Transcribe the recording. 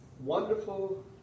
wonderful